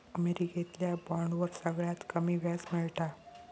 अमेरिकेतल्या बॉन्डवर सगळ्यात कमी व्याज मिळता